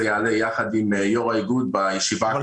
יעלה יחד עם יו"ר האיגוד בישיבה הקרובה שתתקיים.